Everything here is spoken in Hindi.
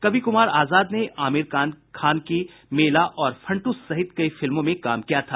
कवि कुमार आजाद ने आमिर खान की मेला और फंटूश सहित कई फिल्मों में भी काम किया था